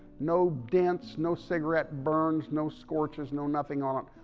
no dents, no cigarette burns, no scorches, no nothing on it.